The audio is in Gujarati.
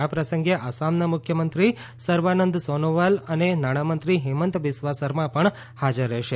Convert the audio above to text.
આ પ્રસંગે આસામના મુખ્યમંત્રી સર્વાનંદ સોનોવાલ અને નાણામંત્રી હેમંત બિસ્વા સરમા પણ હાજર રહેશે